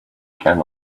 can